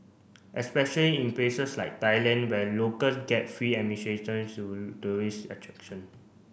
especially in places like Thailand where locals get free to tourist attraction